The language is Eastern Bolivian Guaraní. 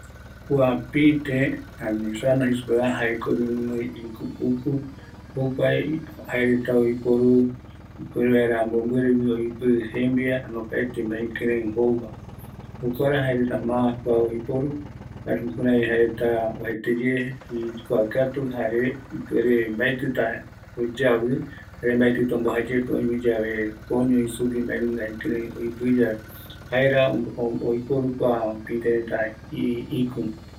Pïïte oime guinoi ïku puku, oipɨ vaera mombɨrigui oipɨ jembia, jare opaete mbae jouva, jaera oiporu oikatuvi, mbaetɨta oyavɨ, jaera kua oiporu reta ɨku